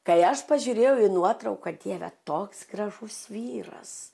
kai aš pažiūrėjau į nuotrauką dieve toks gražus vyras